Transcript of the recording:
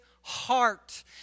heart